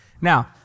Now